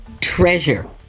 treasure